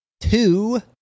Two